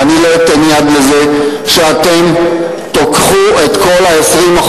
ואני לא אתן יד לזה שאתם תיקחו את כל ה-20%